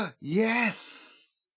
yes